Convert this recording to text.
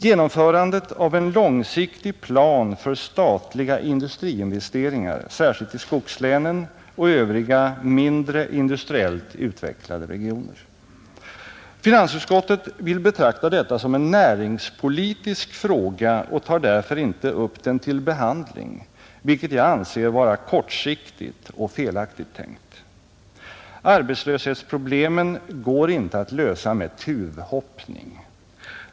Genomförandet av en långsiktig plan för statliga industriinvesteringar särskilt i skogslänen och övriga mindre industriellt utvecklade regioner. Finansutskottet vill betrakta detta som en näringspolitisk fråga och tar därför inte upp den till behandling, vilket jag anser vara kortsiktigt och felaktigt tänkt. Arbetslöshetsproblemen går inte att lösa med tuvhoppning.